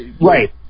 Right